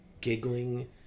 giggling